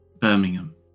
Birmingham